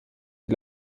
die